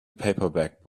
paperback